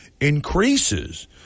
increases